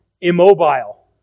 immobile